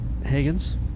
Higgins